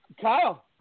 Kyle